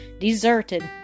deserted